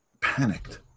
panicked